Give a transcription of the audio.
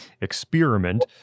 experiment